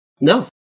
No